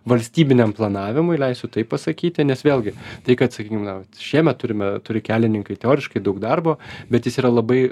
valstybiniam planavimui leisiu taip pasakyti nes vėlgi tai kad sakykim na vat šiemet turime turi kelininkai teoriškai daug darbo bet jis yra labai